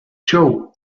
joe